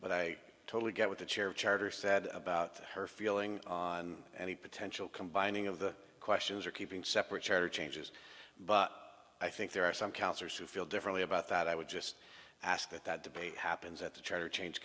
but i totally get what the chair charter said about her feeling on any potential combining of the questions or keeping separate church angels but i think there are some councillors who feel differently about that i would just ask that that debate happens at the charter change